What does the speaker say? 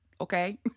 okay